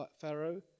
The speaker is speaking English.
Pharaoh